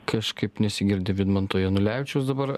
kažkaip nesigirdi vidmanto janulevičiaus dabar